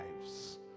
lives